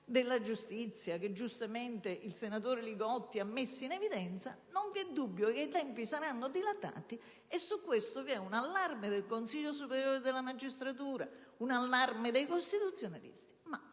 della giustizia, che giustamente il senatore Li Gotti ha messo in evidenza, non vi è dubbio che i tempi saranno dilatati e su questo vi è un allarme del Consiglio superiore della magistratura, dei costituzionalisti